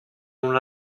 una